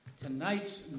Tonight's